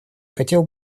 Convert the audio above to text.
хотела